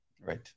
right